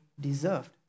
deserved